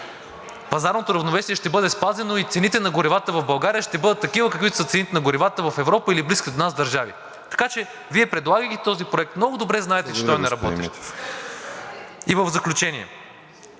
пазарното равновесие ще бъде спазено и цените на горивата в България ще бъдат такива, каквито са цените на горивата в Европа или в близките до нас държави. Така че Вие, предлагайки този проект, много добре знаете, че той не работи. И в заключение.